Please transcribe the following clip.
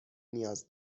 نیاز